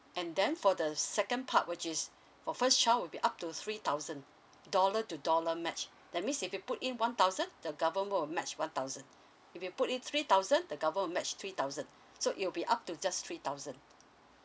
and then for the second part which is for first child would be up to three thousand dollar to dollar match that means if you put in one thousand the government will match one thousand if you put in three thousand the government will match three thousand so it will be up to just three thousand